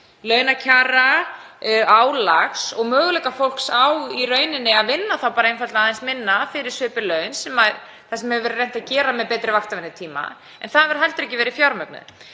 launakjara, álags og möguleika fólks á að vinna þá bara einfaldlega aðeins minna fyrir svipuð laun sem er það sem hefur verið reynt að gera með betri vaktavinnutíma. En það hefur heldur ekki verið fjármagnað.